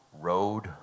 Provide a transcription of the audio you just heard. road